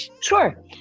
Sure